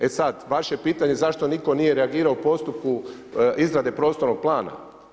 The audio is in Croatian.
E sada vaše pitanje zašto nitko nije reagirao u postupku izrade prostornog plana.